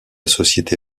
société